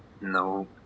No